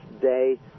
day